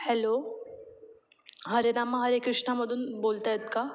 hello Hare Rama Hare कृष्णामधून बोलत आहेत का